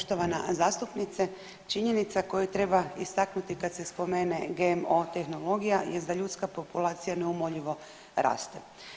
Poštovana zastupnice, činjenica koju treba istaknuti kad se spomene GMO tehnologija jest da ljudska populacija neumoljivo raste.